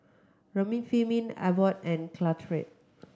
Remifemin Abbott and Caltrate